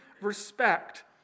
respect